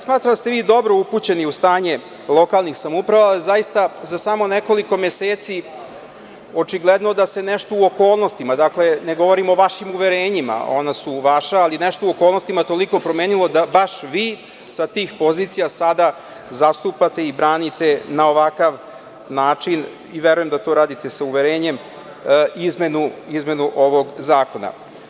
Smatram da ste vi dobro upućeni u stanje lokalnih samouprava jer zaista za samo nekoliko meseci očigledno je da se nešto u okolnostima, dakle, ne govorim o vašim uverenjima, ona su vaša, ali nešto u okolnostima je toliko promenljivo da baš vi sa tih pozicija sada zastupate i branite na ovakav način i verujem da to radite sa uverenjem – izmenu ovog zakona.